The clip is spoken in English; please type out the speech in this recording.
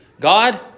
God